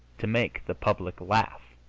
to make the public laugh?